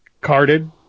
carded